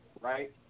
right